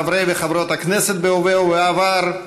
חברי וחברות הכנסת בהווה ובעבר,